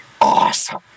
awesome